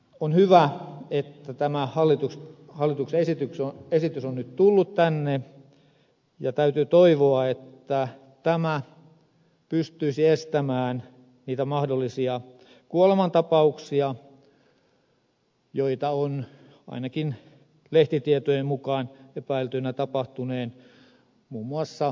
on hyvä että tämä hallituksen esitys on nyt tullut tänne ja täytyy toivoa että tämä pystyisi estämään niitä mahdollisia kuolemantapauksia joita on ainakin lehtitietojen mukaan epäilty tapahtuneen muun muassa ministerin kotikaupungissa